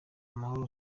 amahoro